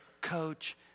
coach